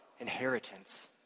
inheritance